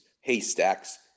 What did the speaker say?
haystacks